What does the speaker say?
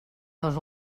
dos